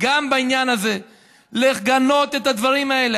גם בעניין הזה לגנות את הדברים האלה.